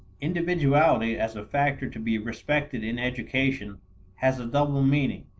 individuality as a factor to be respected in education has a double meaning.